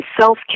self